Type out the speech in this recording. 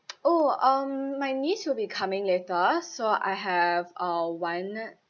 oh um my niece will be coming later so I have uh one